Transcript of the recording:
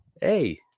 hey